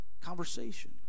conversation